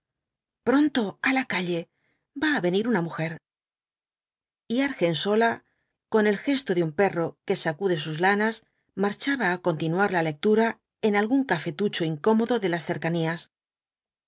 pronto á la calle va á venir una mujer y argensola con el gesto de un perro que sacude sus lanas marchaba á continuar la lectura en algún cafetucho incómodo de las cercanías